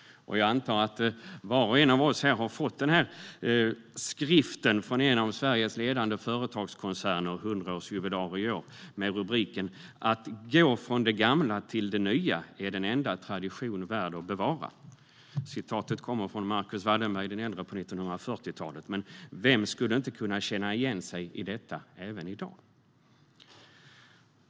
Jag antar att var och en av oss har fått skriften från en av Sveriges ledande företagskoncerner, 100-årsjubilar i år, med rubriken "Att gå från det gamla till det nya är den enda tradition värd att bevara". Citatet kommer från Marcus Wallenberg den äldre på 1940-talet, men vem kan inte känna igen sig i detta även i dag?